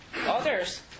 Others